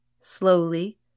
slowly